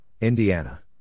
Indiana